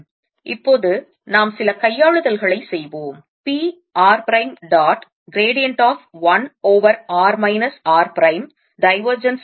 இப்போது நாம் சில கையாளுதல்களை செய்வோம் p r பிரைம் டாட் சாய்வு of 1 over r minus r prime